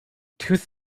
tooth